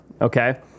Okay